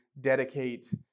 dedicate